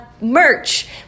merch